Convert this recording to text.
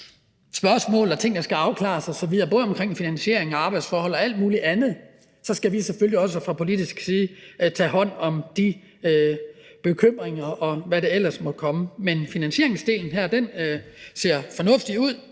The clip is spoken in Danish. spørgsmål og ting, der skal afklares osv., både omkring finansieringen og arbejdsforhold og alt muligt andet, skal vi selvfølgelig også fra politisk side tage hånd om de bekymringer, og hvad der ellers måtte komme. Men finansieringsdelen her ser fornuftig ud.